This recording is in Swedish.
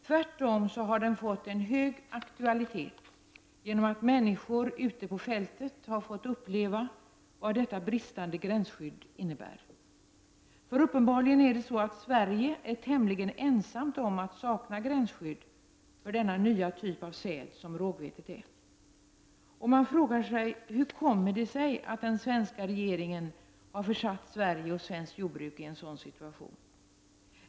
Tvärtom har den fått en hög aktualitet genom att människor ute på fältet har fått uppleva vad detta bristande gränsskydd innebär. Uppenbarligen är det så att Sverige är tämligen ensamt om att sakna gränsskydd för den nya typ av säd som rågvetet är. Man frågar sig: Hur kommer det sig att den svenska regeringen har försatt Sverige och svenskt jordbruk i en sådan situation?